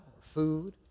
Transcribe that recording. food